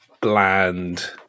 bland